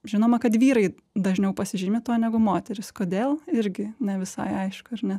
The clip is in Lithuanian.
žinoma kad vyrai dažniau pasižymi tuo negu moterys kodėl irgi ne visai aišku ar ne